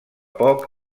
poc